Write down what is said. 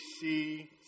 see